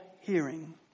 hearing